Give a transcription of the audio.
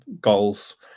goals